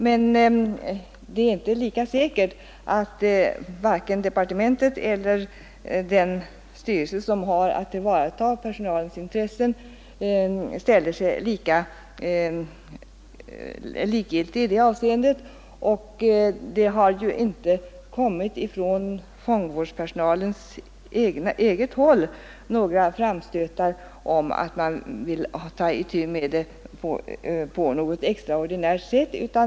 Det är dock inte lika säkert att departementet eller den styrelse som har att tillvarata personalens intressen ställer sig likgiltig i det avseendet. Från fångvårdspersonalens eget håll har det ju inte kommit några framstötar om att man önskar att man skall ta itu med detta på något extraordinärt sätt.